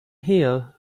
here